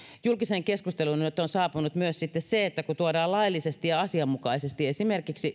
julkiseen keskusteluun nyt on saapunut myös sitten se että kun tuodaan laillisesti ja asianmukaisesti esimerkiksi